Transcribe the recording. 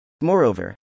Moreover